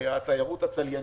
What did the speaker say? התיירות הצליינית.